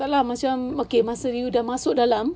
tak lah macam okay masa you dah masuk dalam